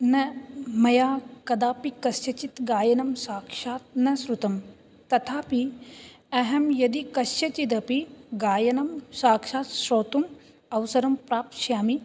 न मया कदापि कस्यचित् गायनं साक्षात् न श्रुतं तथापि अहं यदि कस्यचिदपि गायनं साक्षात् श्रोतुम् अवसरं प्राप्स्यामि